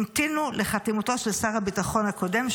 המתינו לחתימתו של שר הביטחון הקודם,